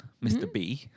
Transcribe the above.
Mr.B